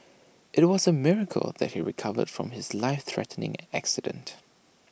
IT was A miracle that he recovered from his life threatening accident